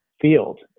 field